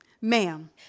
Ma'am